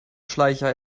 schleicher